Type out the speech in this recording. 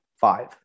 Five